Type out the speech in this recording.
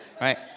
Right